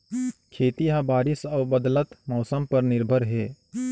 खेती ह बारिश अऊ बदलत मौसम पर निर्भर हे